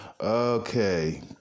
Okay